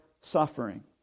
Suffering